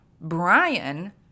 Brian